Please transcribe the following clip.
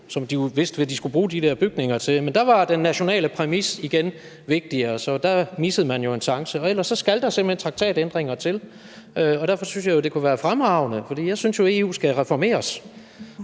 og de vidste, hvad de skulle bruge de her bygninger til, men der var den nationale præmis igen vigtigere, så der missede man en chance. Ellers skal der simpelt hen traktatændringer til, og det synes jeg kunne være fremragende, for jeg synes jo, at EU skal reformeres